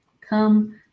come